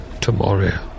tomorrow